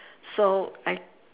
so I